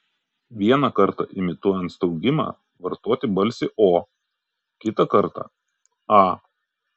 vieną kartą imituojant staugimą vartoti balsį o kitą kartą a